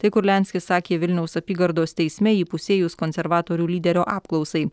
tai kurlianskis sakė vilniaus apygardos teisme įpusėjus konservatorių lyderio apklausai